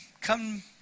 come